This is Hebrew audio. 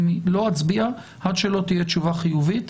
אני לא אצביע עד שלא תהיה תשובה חיובית